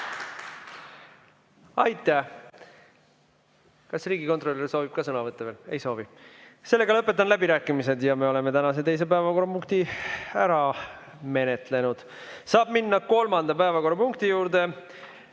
Aitäh! Kas riigikontrolör soovib ka veel sõna võtta? Ei soovi. Lõpetan läbirääkimised ja me oleme tänase teise päevakorrapunkti ära menetlenud. Saab minna kolmanda päevakorrapunkti juurde: